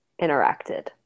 interacted